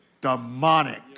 demonic